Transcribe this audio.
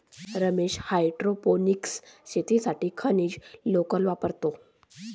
Ramesh hydroponics शेतीसाठी खनिज लोकर वापरतो